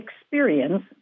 experience